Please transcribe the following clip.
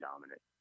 dominant